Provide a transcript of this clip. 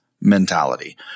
mentality